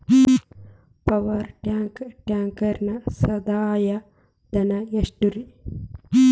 Power track ಟ್ರ್ಯಾಕ್ಟರನ ಸಂದಾಯ ಧನ ಎಷ್ಟ್ ರಿ?